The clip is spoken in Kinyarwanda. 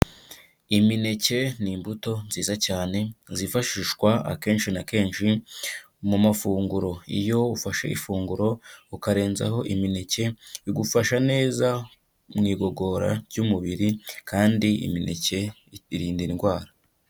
Imineke ni imbuto nziza cyane zifashishwa akenshi na kenshi mu mafunguro, iyo ufashe ifunguro ukarenzaho imineke igufasha neza mu igogora ry'umubiri, kandi imineke irinda indwara.